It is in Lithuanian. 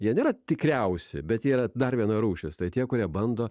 jie yra tikriausi bet yra dar viena rūšis tai tie kurie bando